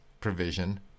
provision